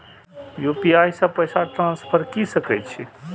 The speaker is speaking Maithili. यू.पी.आई से पैसा ट्रांसफर की सके छी?